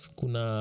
kuna